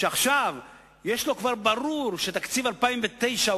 שכבר עכשיו ברור לו שתקציב 2009 הוא